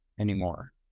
anymore